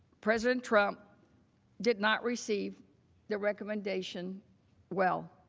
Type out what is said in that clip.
president trump did not receive the recommendation well.